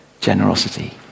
generosity